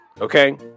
Okay